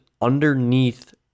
underneath